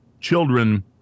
children